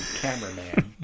cameraman